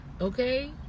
okay